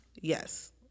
Yes